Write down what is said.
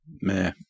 Meh